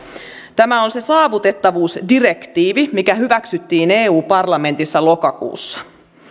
tämä on se saavutettavuusdirektiivi mikä hyväksyttiin eu parlamentissa lokakuussa